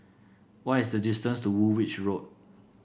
what is the distance to Woolwich Road